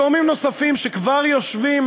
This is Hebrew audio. גורמים נוספים שכבר יושבים,